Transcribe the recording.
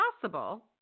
possible